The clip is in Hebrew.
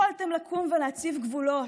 יכולתם לקום ולהציב גבולות,